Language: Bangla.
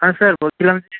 হ্যাঁ স্যার বলছিলাম যে